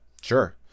Sure